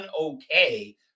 okay